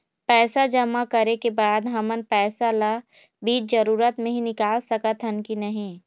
पैसा जमा करे के बाद हमन पैसा ला बीच जरूरत मे निकाल सकत हन की नहीं?